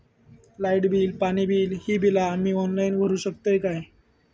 Light bill, पाणी bill, ही बिला आम्ही ऑनलाइन भरू शकतय का?